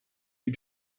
you